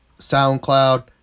SoundCloud